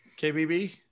KBB